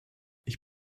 ich